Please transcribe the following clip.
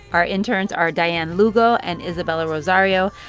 our interns are dianne lugo and isabella rosario.